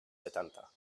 setanta